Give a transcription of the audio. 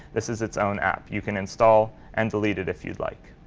this is its own app. you can install and delete it if you'd like.